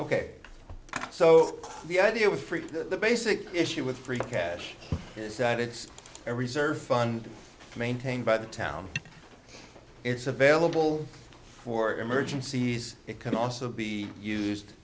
ok so the idea with the basic issue with free cash is that it's a reserve fund maintained by the town it's available for emergencies it can also be used